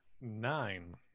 nine